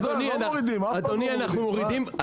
זאת עובדה, לא מורידים, אף פעם לא מורידים.